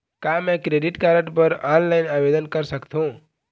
का मैं credit card बर ऑनलाइन आवेदन कर सकथों?